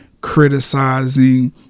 criticizing